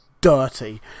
dirty